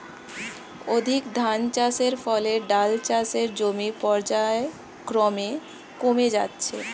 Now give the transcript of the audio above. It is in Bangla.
অধিক ধানচাষের ফলে ডাল চাষের জমি পর্যায়ক্রমে কমে যাচ্ছে